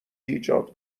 ایجاد